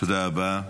תודה רבה.